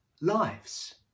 lives